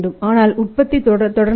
ஆனால் உற்பத்தி தொடர்ந்தது